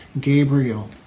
Gabriel